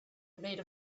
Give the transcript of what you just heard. made